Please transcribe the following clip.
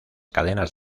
cadenas